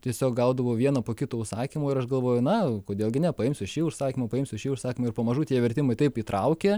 tiesiog gaudavau vieną po kito užsakymų ir aš galvoju na kodėl gi ne paimsiu šį užsakymą paimsiu šį užsakymą ir pamažu tie vertimai taip įtraukia